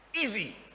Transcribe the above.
easy